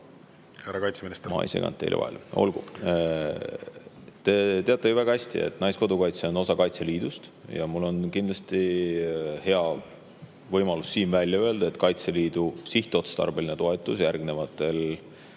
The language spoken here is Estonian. Te teate ju väga hästi, et Naiskodukaitse on osa Kaitseliidust. Mul on hea võimalus siin välja öelda, et Kaitseliidu sihtotstarbeline toetus järgmisel